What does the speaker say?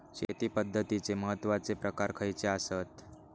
शेती पद्धतीचे महत्वाचे प्रकार खयचे आसत?